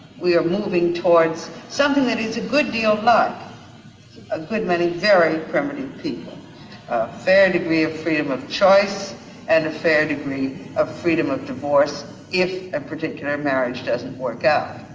we are moving towards something that is a good deal like a good many very primitive people a fair degree of freedom of choice and a fair degree of freedom of divorce if a particular marriage doesn't work out.